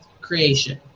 creation